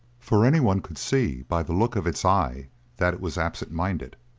for any one could see by the look of its eye that it was absent-minded.